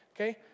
Okay